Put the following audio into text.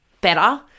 better